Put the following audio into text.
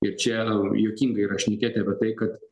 ir čia juokinga yra šnekėti apie tai kad